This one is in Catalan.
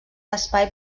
espai